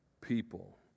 people